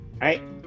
Right